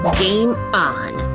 game on!